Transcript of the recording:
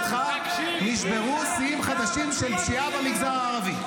מיקי, כשתרצה שקט תגיד לי.